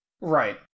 Right